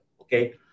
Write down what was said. okay